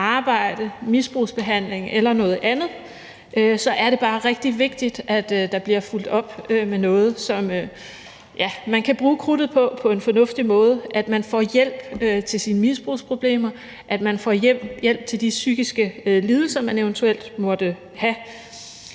arbejde, misbrugsbehandling eller noget andet, er det bare rigtig vigtigt, at der bliver fulgt op med noget, som man kan bruge krudtet på på en fornuftig måde, at man får hjælp til sine misbrugsproblemer, at man får hjælp til de psykiske lidelser, man eventuelt måtte have.